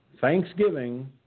Thanksgiving